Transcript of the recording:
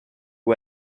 que